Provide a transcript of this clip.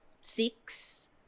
six